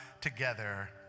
together